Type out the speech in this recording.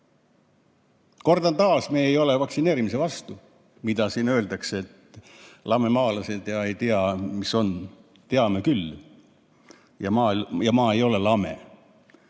Kordan taas: me ei ole vaktsineerimise vastu, mida siin öeldakse, et lamemaalased ja et te ei tea, mis on. Teame küll. Maa ei ole lame.